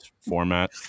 format